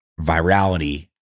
virality